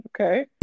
Okay